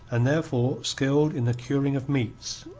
and therefore skilled in the curing of meats,